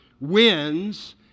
wins